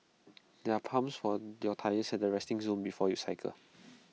there are pumps for their tyres at the resting zone before you cycle